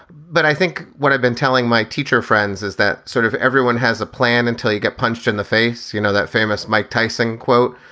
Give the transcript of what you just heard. but i think what i've been telling my teacher friends is that sort of everyone has a plan until you get punched in the face. you know, that famous mike tyson quote,